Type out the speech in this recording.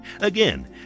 Again